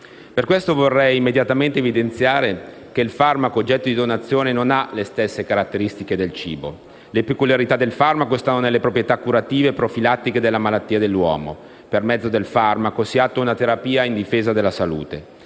Per questo vorrei immediatamente evidenziare che il farmaco oggetto di donazione non ha le stesse caratteristiche del cibo. Le peculiarità del farmaco stanno nelle proprietà curative e profilattiche delle malattie dell'uomo. Per mezzo del farmaco si attua una terapia a difesa della salute.